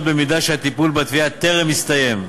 במידה שהטיפול בתביעה טרם הסתיים: